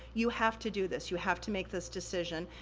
you have to do this, you have to make this decision.